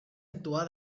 actuar